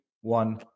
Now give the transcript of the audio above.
one